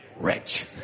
rich